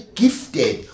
gifted